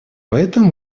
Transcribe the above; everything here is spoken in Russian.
поэтому